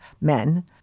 men